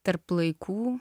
tarp laikų